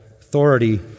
authority